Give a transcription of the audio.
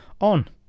on